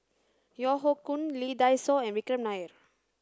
Yeo Hoe Koon Lee Dai Soh and Vikram Nair